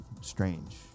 strange